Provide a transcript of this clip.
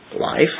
life